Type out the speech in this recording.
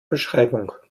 beschreibung